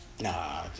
Nah